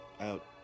Out